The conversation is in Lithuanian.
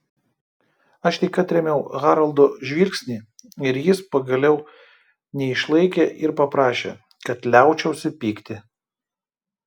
aš tik atrėmiau haroldo žvilgsnį ir jis pagaliau neišlaikė ir paprašė kad liaučiausi pykti